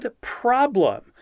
problem